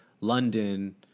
London